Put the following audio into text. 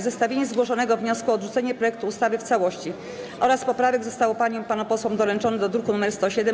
Zestawienie zgłoszonego wniosku o odrzucenie projektu ustawy w całości oraz poprawek zostało paniom i panom posłom doręczone do druku nr 107.